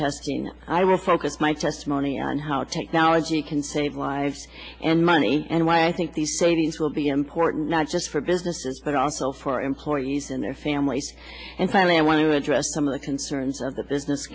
testing i will focus my testimony on how technology can save lives and money and why i think the savings will be important not just for businesses but also for employees and their families and finally i want to address some of the concerns of the business